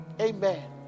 Amen